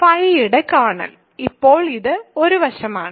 φ യുടെ കേർണൽ ഇപ്പോൾ ഇത് ഒരു വശമാണ്